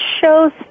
shows